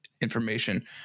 information